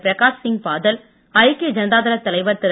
பிரகாஷ் சிங் பாதல் ஐக்கிய ஜனதாதளத் தலைவர் திரு